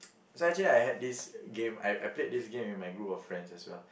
so actually I had this game I I played this game with my group of friends as well